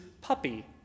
puppy